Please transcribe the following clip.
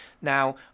Now